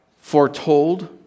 foretold